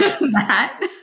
Matt